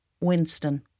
Winston